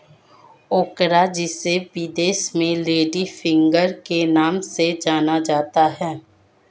ओकरा जिसे विदेश में लेडी फिंगर के नाम से जाना जाता है